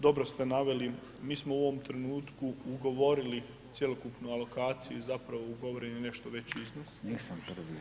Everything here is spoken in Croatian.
Dobro ste naveli mi smo u ovom trenutku ugovorili cjelokupnu alokaciju i zapravo ugovoren je nešto veći iznos.